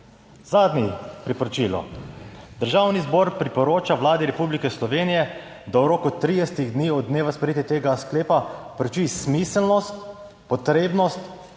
Zadnje priporočilo: Državni zbor priporoča Vladi Republike Slovenije, da v roku 30 dni od dneva sprejetja tega sklepa preuči smiselnost, potrebnost